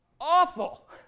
awful